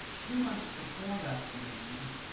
two months before that commencement,